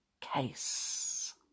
case